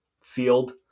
field